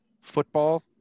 football